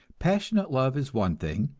passionate love is one thing,